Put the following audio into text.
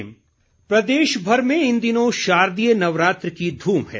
नवरात्र प्रदेशभर में इन दिनों शारदीय नवरात्र की धूम है